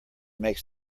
makes